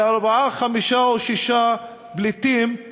ו-4 5 או 6 מיליון פליטים,